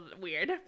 weird